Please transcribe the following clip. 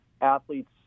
athletes